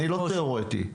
אני לא תיאורטי.